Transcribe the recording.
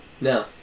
No